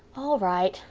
all right.